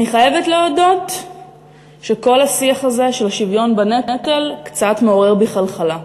אני חייבת להודות שכל השיח הזה של השוויון בנטל קצת מעורר בי חלחלה,